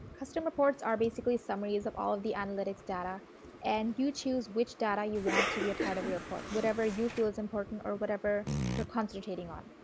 custom reports are basically summaries of all the analytics data and you choose which data you want to be a part of the report. whatever you feel is important or whatever you are concentrating on.